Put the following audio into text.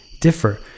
differ